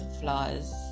flaws